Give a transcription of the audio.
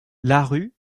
larue